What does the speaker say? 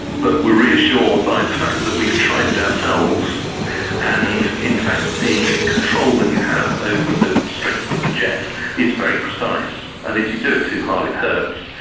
but we are reassured by the fact that we tried it ourselves and in fact the control that you have over the strength of the jet is very precise and if you do it too hard it hurts.